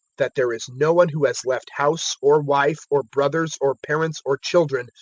that there is no one who has left house or wife, or brothers or parents or children,